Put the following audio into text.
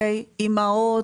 אימהות,